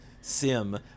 sim